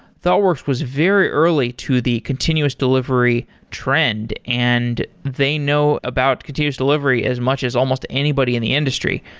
thoughtworks was very early to the continuous delivery trend and they know about continues delivery as much as almost anybody in the industry.